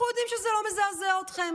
אנחנו יודעים שזה לא מזעזע אתכם,